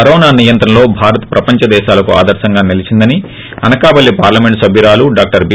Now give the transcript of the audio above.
corona నియంత్రణలో భారత్ ప్రపంచ దేశాలకు ఆదర్పంగా నిలీచిందని అనకాపల్లి పార్లమెంట్ సభ్యురాలు డాక్టర్ బి